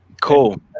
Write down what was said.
Cool